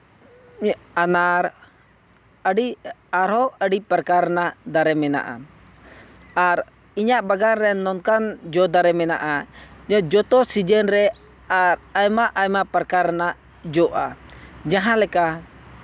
ᱟᱱᱟᱨ ᱟᱹᱰᱤ ᱟᱨᱦᱚᱸ ᱟᱹᱰᱤ ᱯᱨᱚᱠᱟᱨ ᱨᱮᱱᱟᱜ ᱫᱟᱨᱮ ᱢᱮᱱᱟᱜᱼᱟ ᱟᱨ ᱤᱧᱟᱹᱜ ᱵᱟᱜᱟᱱ ᱨᱮ ᱱᱚᱝᱠᱟᱱ ᱡᱚ ᱫᱟᱨᱮ ᱢᱮᱱᱟᱜᱼᱟ ᱡᱮ ᱡᱚᱛᱚ ᱥᱤᱡᱤᱱ ᱨᱮ ᱟᱨ ᱟᱭᱢᱟ ᱟᱭᱢᱟ ᱯᱨᱚᱠᱟᱨ ᱨᱮᱱᱟᱜ ᱡᱚᱜᱼᱟ ᱡᱟᱦᱟᱸᱞᱮᱠᱟ